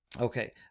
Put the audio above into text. okay